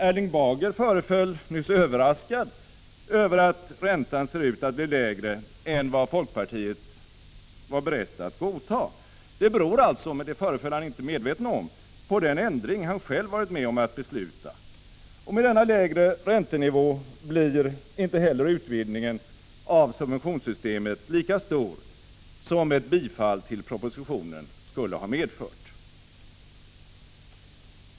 Erling Bager föreföll nyss överraskad över att räntan ser ut att bli lägre än vad folkpartiet var berett att godta. Det beror alltså, vilket han inte verkade medveten om, på den ändring som Erling Bager själv varit med om att besluta. Med denna lägre räntenivå blir inte heller utvidgningen av subventionssystemet lika stor som ett bifall till propositionen skulle ha medfört.